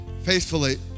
faithfully